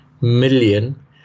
million